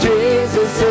Jesus